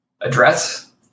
address